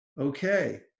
okay